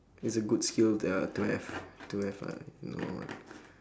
it's a good skill to uh to have to have uh you know right